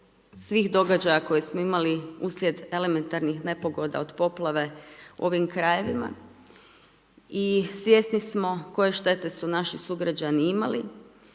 svih događaja koje smo imali uslijed elementarnih nepogoda od poplave u ovim krajevima i svjesni smo koje štete su naši sugrađani imali